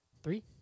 Three